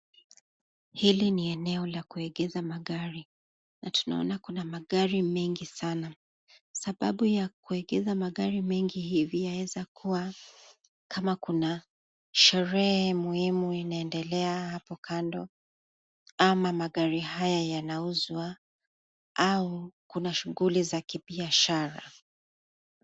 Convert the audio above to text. Hili ni eneo la kuegeza magari. Tunaona kuna magari mengi sana, sababu ya kuegeza magari hivi yaeza kuwa kama kuna sherehe muhimu inaendelea hapo kando ama magari haya yanauzwa au kuna shughuli za kibiashara